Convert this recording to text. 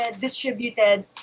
distributed